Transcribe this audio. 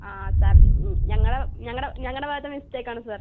ആ സാർ ഞങ്ങളെ ഞങ്ങളുടെ ഞങ്ങളുടെ ഭാഗത്തെ മിസ്റ്റേക്ക് ആണ് സാർ